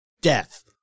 death